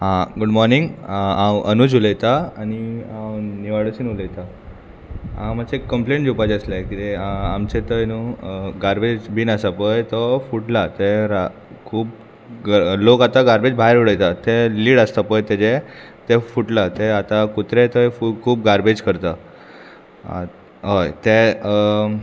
आं good morning हांव अनुज उलयतां आनी हांव नीव वाडेसून उलयतां हांव मात्शें कंप्लेन दिवपाचें आसलें किदें आमचें थंय न्हू गार्बेज बीन आसा पळय तो फुटला ते खूब लोक आतां गार्बेज भायर उडयता तें लीड आसता पळय तेजें तें फुटलां तें आतां कुत्रे थंय खूब गार्बेज करता हय तें